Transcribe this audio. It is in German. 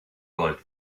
gold